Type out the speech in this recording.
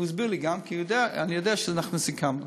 הוא הסביר לי גם כי אני יודע שאנחנו סיכמנו.